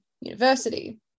university